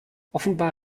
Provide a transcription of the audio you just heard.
offenbar